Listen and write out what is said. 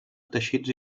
teixits